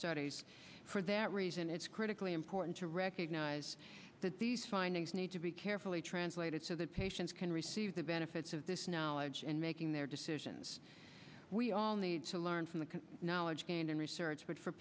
studies for that reason it's critically important to recognize that these findings need to be carefully translated so that patients can receive the benefits of this knowledge and making their decisions we all need to learn from the knowledge gained in research but for